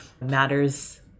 matters